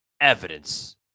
evidence